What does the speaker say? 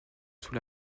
sous